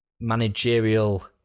managerial